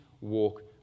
walk